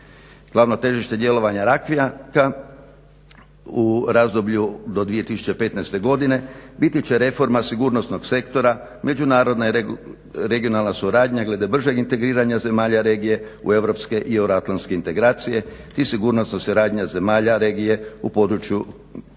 Glavno težište djelovanja Rakvijaka u razdoblju do 2015. godine, biti će reforma sigurnosnog sektora, međunarodna i regionalna suradnja glede bržeg integriranja zemalja regije u europske i euroatlantske integracije tih sigurnosnih suradnja zemalja regije u području kontrole